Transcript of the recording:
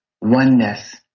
oneness